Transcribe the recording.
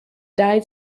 died